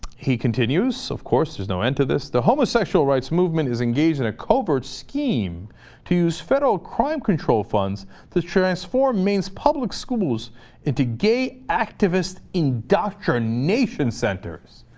he continues of course is no end to this the homosexual rights movement is engaged in a covert scheme to use federal crime control funds the stress for maine's public schools into gay activist indoctrination centers